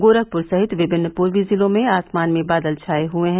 गोरखपुर सहित विभिन्न पूर्वी जिलों में आसमान में बादल छाये हये है